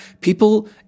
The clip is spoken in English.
People